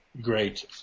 Great